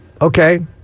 Okay